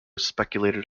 speculated